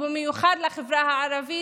ובמיוחד לחברה הערבית,